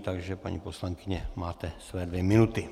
Takže paní poslankyně máte svoje dvě minuty.